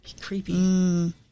creepy